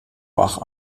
bach